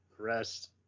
Rest